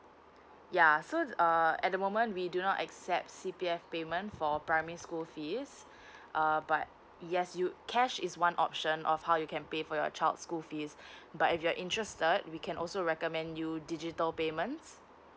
ya so the uh at the moment we do not accept C P F payment for primary school fees uh yes you cash is one option of how you can pay for your child's school fees but if you are interested we can also recommend you digital payments